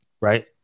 Right